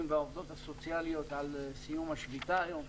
והעובדות הסוציאליות על סיום השביתה היום.